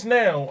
now